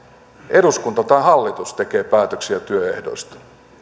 eduskunta tai hallitus tekee päätöksiä työehdoista